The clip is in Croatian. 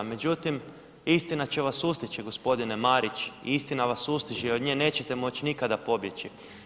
Međutim, istina će vas sustići gospodine Marić i istina vas sustiže i od nje nećete moći nikada pobjeći.